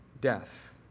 death